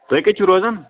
تُہۍ کَتہِ چھِو روزان